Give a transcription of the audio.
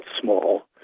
small